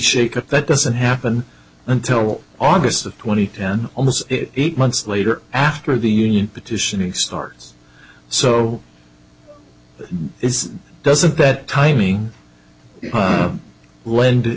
shakeup that doesn't happen until august twenty eighth almost eight months later after the union petitioning starts so is doesn't that timing lend